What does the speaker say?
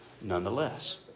nonetheless